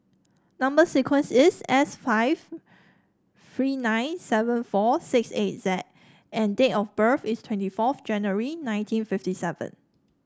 number sequence is S five three nine seven four six eight Z and date of birth is twenty fourth January nineteen fifty seven